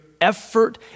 effort